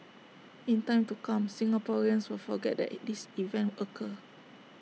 in time to come Singaporeans will forget that this event occur